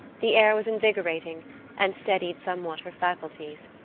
the air was invigorating and steadied somewhat her faculties.